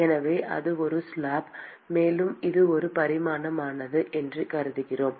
எனவே அது ஒரு ஸ்லாப் மேலும் இது ஒரு பரிமாணமானது என்று கருதுகிறோம்